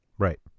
Right